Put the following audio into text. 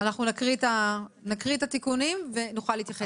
אנחנו נקריא את התיקונים ונוכל להתייחס אליהם.